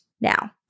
Now